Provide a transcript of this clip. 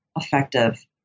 effective